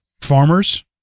farmers